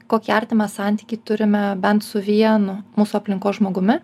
kokį artimą santykį turime bent su vienu mūsų aplinkos žmogumi